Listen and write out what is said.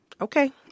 okay